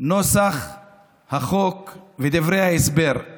נוסח החוק ודברי ההסבר.